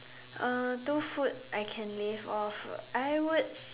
uh two food I can live off I would